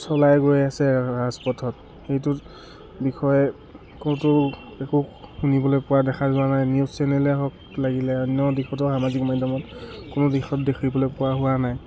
চলাই গৈ আছে ৰাজপথত সেইটো বিষয়ে কতো একো শুনিবলৈ পোৱা দেখা যোৱা নাই নিউজ চেনেলে হওক লাগিলে অন্য দিশতো সামাজিক মাধ্যমত কোনো দিশত দেখিবলৈ পোৱা হোৱা নাই